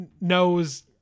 knows